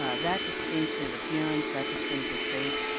ah that distinctive appearance, that distinctive shape,